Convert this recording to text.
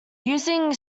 using